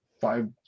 five